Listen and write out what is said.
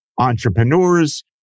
entrepreneurs